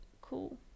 cool